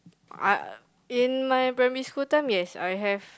I in my primary school time yes I have